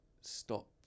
Stop